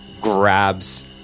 grabs